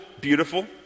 beautiful